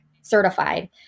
certified